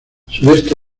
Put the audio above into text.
sudeste